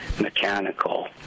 mechanical